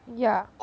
yeah